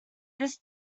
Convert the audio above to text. this